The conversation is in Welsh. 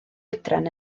oedran